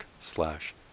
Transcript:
slash